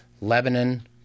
Lebanon